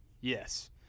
yes